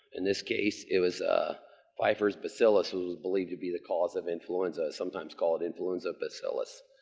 in this case, it was pfeiffer's bacillus was believed to be the cause of influenza, sometimes called influenza bacillus.